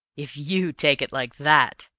if you take it like that,